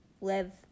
live